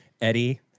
Eddie